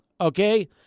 Okay